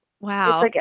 Wow